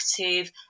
active